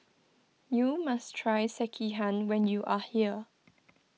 you must try Sekihan when you are here